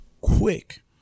quick